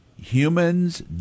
humans